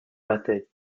method